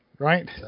Right